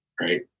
Right